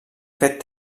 fet